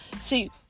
See